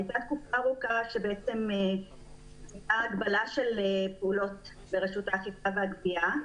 הייתה תקופה ארוכה שהייתה הגבלה של פעולות ברשות האכיפה והגבייה.